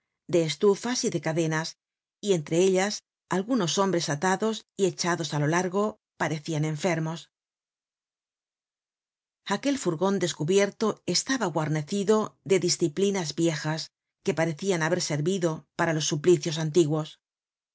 de estufas y de cadenas y entre ellas algunos hombres atados y echados á lo largo parecian enfermos aquel furgon descubierto estaba guarnecido de disciplinas viejas que parecian haber servido para los suplicios antiguos